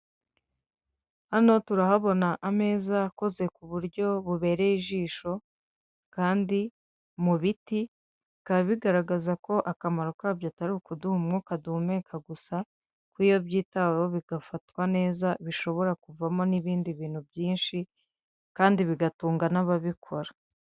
Hano turahabona ameza akoze ku buryo bubereye ijisho kandi mu biti bikaba bigaragaza ko akamaro kabyo atari ukuduha umwuka duhumeka gusa, ko iyo byitaweho bigafatwa neza bishobora kuvamo n'ibindi bintu byinshi kandi bigatunga n'ababikora.